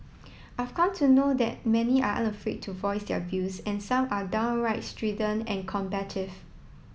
I've come to know that many are unafraid to voice their views and some are downright strident and combative